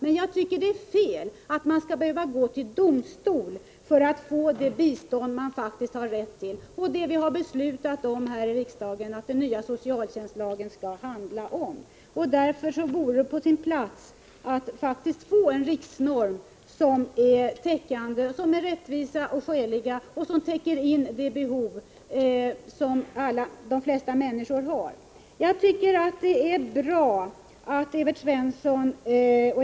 Men jag tycker det är fel att man skall behöva gå till domstol för att få det bistånd som man faktiskt har rätt till och som vi har beslutat att den nya socialtjänstlagen skall ge möjlighet till. Därför vore det på sin plats att få en riksnorm som är rättvis och skälig och som täcker in de behov som de flesta människor har.